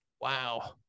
wow